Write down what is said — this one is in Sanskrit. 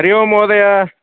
हरिः ओं महोदय